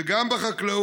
זה גם בחקלאות,